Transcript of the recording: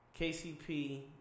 KCP